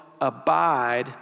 abide